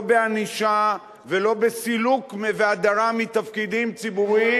בענישה ולא בסילוק והדרה מתפקידים ציבוריים.